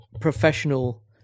professional